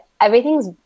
everything's